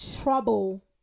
trouble